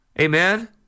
Amen